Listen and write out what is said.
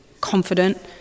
confident